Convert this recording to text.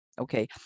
okay